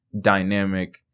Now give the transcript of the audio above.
dynamic